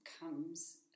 comes